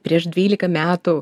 prieš dvylika metų